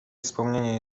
wspomnienie